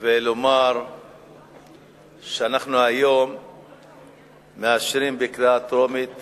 ולומר שאנחנו מאשרים היום בקריאה טרומית